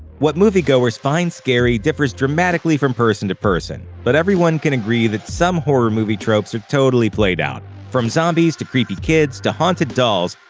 what moviegoers find scary differs dramatically from person to person but everyone can agree that some horror movie tropes are totally played out. from zombies to creepy kids to haunted dolls,